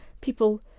people